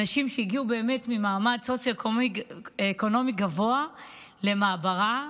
אנשים שהגיעו ממעמד סוציו-אקונומי גבוה למעברה.